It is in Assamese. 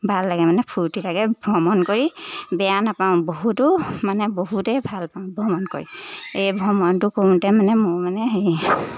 ভাল লাগে মানে ফূৰ্তি লাগে ভ্ৰমণ কৰি বেয়া নাপাওঁ বহুতো মানে বহুতেই ভালপাওঁ ভ্ৰমণ কৰি এই ভ্ৰমণটো কৰোঁতে মানে মোৰ মানে হেৰি